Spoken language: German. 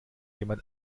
jemand